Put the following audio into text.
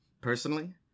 Personally